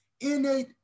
innate